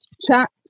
chat